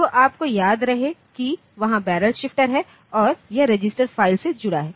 तो आपको याद रहे कि वहां बैरल शिफ्टर है और यह रजिस्टर फाइल से जुड़ा है